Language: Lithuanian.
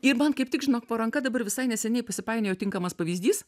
ir man kaip tik žinok po ranka dabar visai neseniai pasipainiojo tinkamas pavyzdys